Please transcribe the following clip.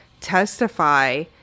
testify